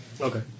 Okay